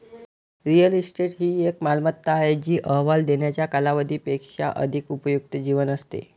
real estate ही एक मालमत्ता आहे जी अहवाल देण्याच्या कालावधी पेक्षा अधिक उपयुक्त जीवन असते